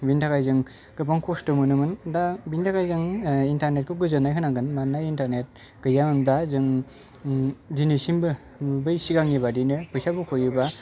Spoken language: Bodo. बिनि थाखाय जों गोबां खस्थ' मोनोमोन दा बिनि थाखाय जों इन्टारनेटखौ गोजोननाय होनांगोन मानोना इन्टारनेट गैयामोनब्ला जों ओम दिनैसिमबो बै सिगांनिबादिनो फैसा बख'योबा